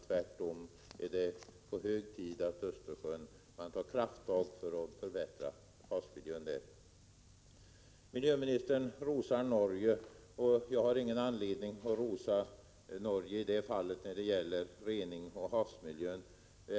Tvärtom är det hög tid att man tar krafttag för att förbättra havsmiljön i Östersjön. Miljöministern rosar Norge, men jag har ingen anledning att rosa Norge när det gäller rening och havsmiljö.